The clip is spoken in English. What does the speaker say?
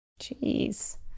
Jeez